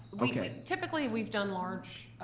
okay. typically we've done large,